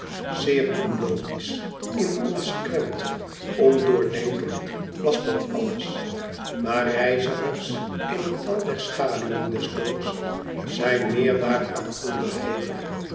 zeer onlogisch inconsequent ondoordenkend was dat alles maar reizigers in het dal der schaduwen des doods zijn meer daaraan onderhevig